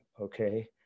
okay